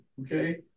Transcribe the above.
okay